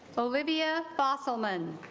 olivia fossilman